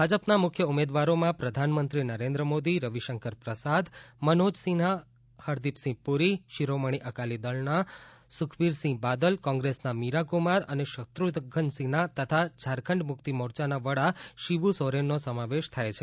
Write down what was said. ભાજપના મુખ્ય ઉમેદવારોમાં પ્રધાનમંત્રી નરેન્દ્ર મોદી રવિશંકર પ્રસાદ મનોજ સિંહા હરદિપસિંહ પુરી શિરોમણી અકાલીદળના સુખબીરસિંહ બાદલ કોંગ્રેસના મીરા કુમાર અને શત્રુધ્ન સિંહા તથા ઝારખંડ મુક્તિ મોરચાના વડા શિબુ સોરેનનો સમાવેશ થાય છે